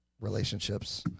relationships